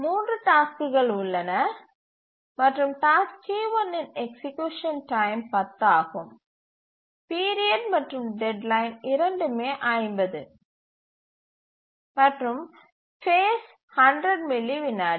3 டாஸ்க்குகள் உள்ளன மற்றும் டாஸ்க் T1 இன் எக்சீக்யூசன் டைம் 10 ஆகும் பீரியட் மற்றும் டெட்லைன் இரண்டுமே 50 மற்றும் ஃபேஸ் 100 மில்லி விநாடி